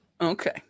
Okay